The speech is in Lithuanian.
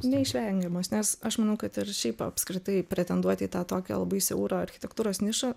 neišvengiamas nes aš manau kad ir šiaip apskritai pretenduot į tą tokią labai siaurą architektūros nišą